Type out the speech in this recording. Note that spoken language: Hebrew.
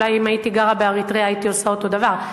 אולי אם הייתי גרה באריתריאה הייתי עושה אותו דבר.